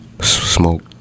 Smoke